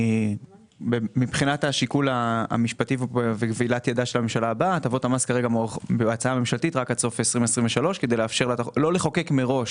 מבחינת השיקול הממשלתי הטבות המס הן עד 2023 כדי לא לחוקק מראש